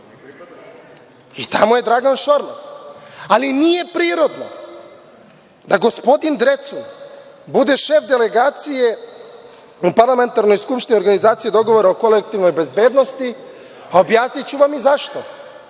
i tamo je Dragan Šormaz, ali nije prirodno da gospodin Drecun bude šef delegacije u Parlamentarnoj skupštini Organizacije dogovora o kolektivnoj bezbednosti, a objasniću vam i